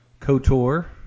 KOTOR